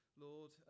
Lord